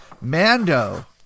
Mando